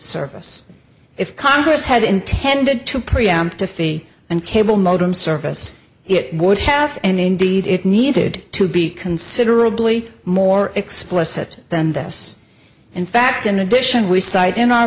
service if congress had intended to preempt a fee and cable modem service it would have and indeed it needed to be considerably more explicit than this in fact in addition we cite in our